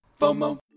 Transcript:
FOMO